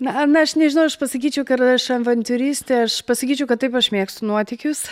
na na aš nežinau aš pasakyčiau kad aš avantiūristė aš pasakyčiau kad taip aš mėgstu nuotykius